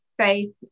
faith